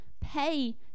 pay